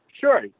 Sure